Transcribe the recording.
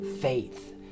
faith